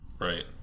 Right